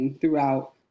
Throughout